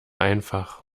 einfach